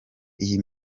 iyi